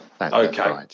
Okay